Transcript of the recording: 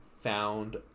found